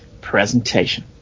presentation